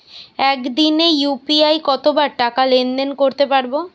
একদিনে ইউ.পি.আই কতবার টাকা লেনদেন করতে পারব?